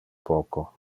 poco